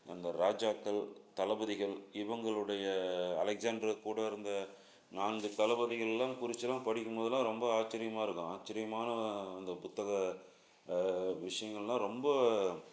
அந்த ராஜாக்கள் தளபதிகள் இவங்களுடைய அலெக்ஸாண்ட்ரு கூட இருந்த நான்கு தளபதிகள்லாம் குறிச்சிலாம் படிக்கும் போதெலாம் ரொம்ப ஆச்சரியமாக இருக்கும் ஆச்சரியமான அந்த புத்தக விஷயங்கள்லாம் ரொம்ப